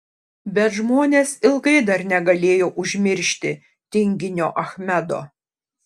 bet žmonės ilgai dar negalėjo užmiršti tinginio achmedo